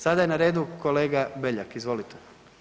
Sada je na redu kolega Beljak, izvolite.